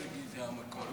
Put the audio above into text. מֶרגי זה המקורי.